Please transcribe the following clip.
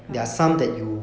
ah